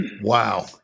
Wow